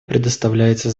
предоставляется